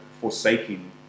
forsaking